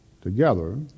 together